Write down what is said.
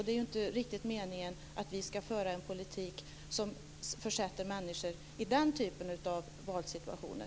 Det är inte riktigt meningen att vi ska föra en politik som försätter människor i den typen av valsituationer.